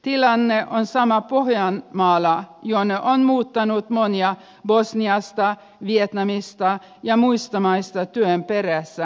tilanne on sama pohjanmaalla jonne on muuttanut monia bosniasta vietnamista ja muista maista työn perässä